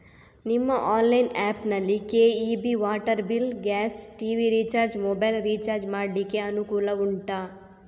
ನಿಮ್ಮ online app ನಲ್ಲಿ KEB, water bill, gas, TV recharge, mobile recharge ಮಾಡ್ಲಿಕ್ಕೆ ಅನುಕೂಲ ಉಂಟಾ